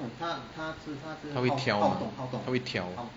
他会调 ah 他会调